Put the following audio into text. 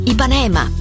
Ipanema